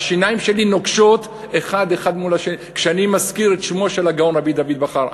השיניים שלי נוקשות זו בזו כשאני מזכיר את שמו של הגאון רבי דוד בכר,